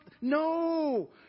No